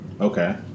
okay